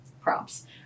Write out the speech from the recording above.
props